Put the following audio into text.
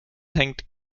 hängt